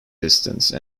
distance